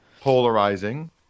polarizing